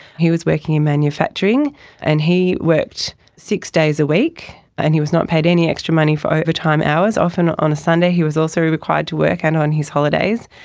he was working in manufacturing and he worked six days a week and he was not paid any extra money for overtime hours. often on a sunday he was also required to work and on his holidays,